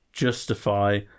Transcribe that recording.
Justify